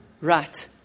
Right